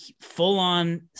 full-on